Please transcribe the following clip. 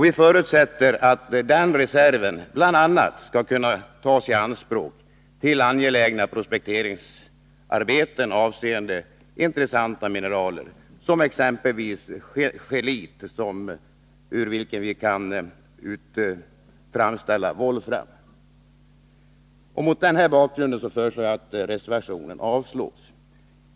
Vi förutsätter att den reserven bl.a. skall kunna tas i anspråk till angelägna prospekteringsarbeten avseende intressanta mineraler, exempelvis scheelit, ur vilken vi kan framställa volfram. Mot den här bakgrunden föreslår jag att reservationen avslås.